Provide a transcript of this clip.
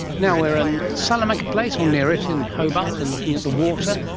now, we're in salamanca place, or near it, in hobart and looking at the water.